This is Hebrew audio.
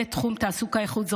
מנהלת תחום תעסוקה איכותית,